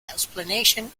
explanation